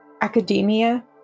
academia